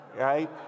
Right